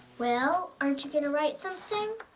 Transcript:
well? aren't you gonna write something?